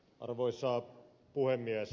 arvoisa puhemies